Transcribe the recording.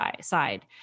side